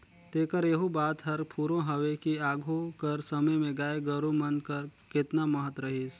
तेकर एहू बात हर फुरों हवे कि आघु कर समे में गाय गरू मन कर केतना महत रहिस